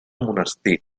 monestir